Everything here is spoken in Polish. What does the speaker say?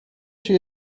cię